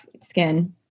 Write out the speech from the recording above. skin